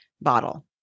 bottle